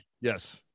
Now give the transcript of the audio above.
Yes